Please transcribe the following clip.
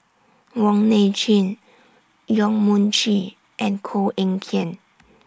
Wong Nai Chin Yong Mun Chee and Koh Eng Kian